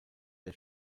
der